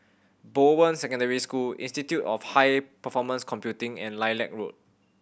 Bowen Secondary School Institute of High Performance Computing and Lilac Road